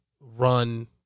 run